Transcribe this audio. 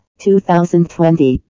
2020